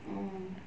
mm